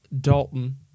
Dalton